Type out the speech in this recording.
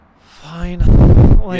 fine